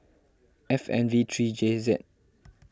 F N V three J Z